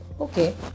Okay